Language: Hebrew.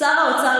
שר האוצר,